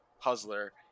puzzler